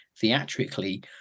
theatrically